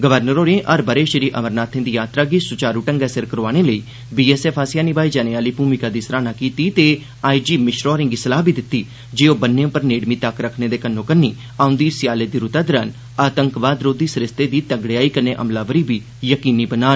governor होरें हर ब'रे श्री अमरनाथें दी यात्रा गी सुचारू ढंग्गै सिर करोआने लेई बीएसएफ आसेआ निभाई जाने आह्ली भूमिका दी सराहना कीती ते आई जी मिश्रा होरेंगी संलाह् बी दित्ती जे ओह् बन्ने पर नेड़मी तक्क रक्खने दे कन्नो कन्नी औंदे स्याले दी रूतै दौरान आतंकवाद रोधी सरिस्ते दी तगड़ेयाई कन्नै अमलावरी बी यकीनी बनान